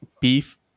beef